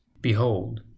Behold